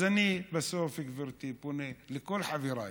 אז בסוף, גברתי, אני פונה לכל חבריי: